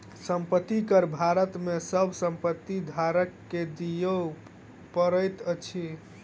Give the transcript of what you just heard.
संपत्ति कर भारत में सभ संपत्ति धारक के दिअ पड़ैत अछि